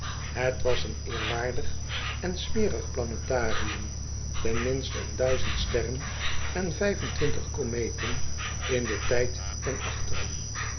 het was een eerwaardig en smerig planetarium tenminste een duizend sterren en vijf en twintig kometen in den tijd ten achteren